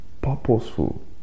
purposeful